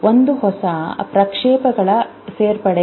ಒಂದು ಹೊಸ ಪ್ರಕ್ಷೇಪಗಳ ಸೇರ್ಪಡೆ ಆಕ್ರಮಣ ಕಲ್ಪನೆ